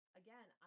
again